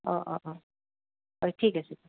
অঁ অঁ অঁ হয় ঠিক আছে